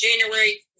January